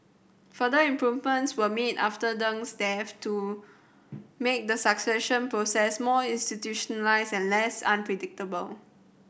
further improvements were made after Deng's death to make the succession process more institutionalised and less unpredictable